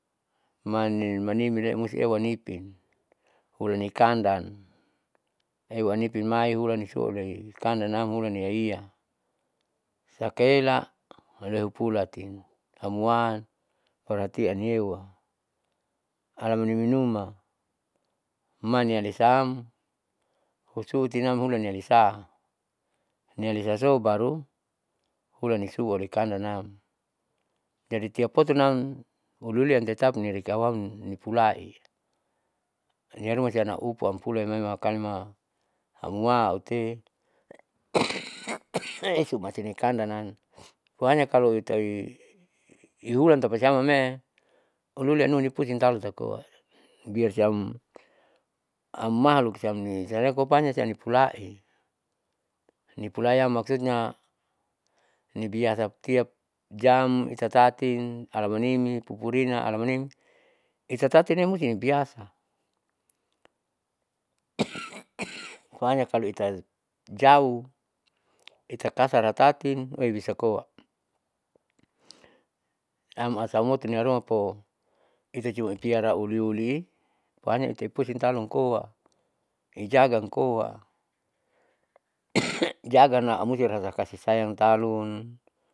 Mani manimile musti euwanipin ulanikandan ewanipin mai hulanisulei kandannam hulani iyaiya sakaela leupulati hamwaan berarti anyewa alamaniminuma manialesa'am husutinam hulanialiasa nialiasaso baru hulanisua lekandan nam. jadi tiap poto nam uliuliam tetap niarekiauwam nipula'i iarumasiana upu ampulamaimakaima amwaaute sumatinekandan nam po hanya kaloita'i ihulan tapa siamame'e uliuli anuanipusiang tauta koa, biar siam ammahluk siamni siampokonya siamni pulai. nipulaiam maksudnya niabiasa tiap jam ita tatin alamanimi pupurina alamanim itatatinima musti ibiasa, po hanya kalo ita jauh ita kasaratatin eubisa koa amasamutu niarumapo itujua nipiara uliuli po hanya itu pusing talunkoa ijagakoa jagana musti rasa kasi sayang talun.